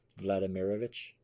Vladimirovich